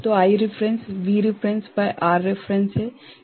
slide समय देखें 2615 तो I रेफेरेंस V रेफेरेंस भागित R रेफेरेंस है